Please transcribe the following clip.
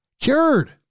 cured